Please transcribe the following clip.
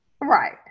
Right